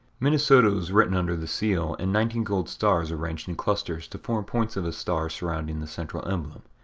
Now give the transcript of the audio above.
minnesota was written under the seal and nineteen gold stars arranged in clusters to form points of a star surrounding the central emblem.